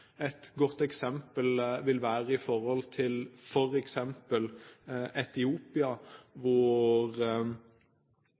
Et godt eksempel vil være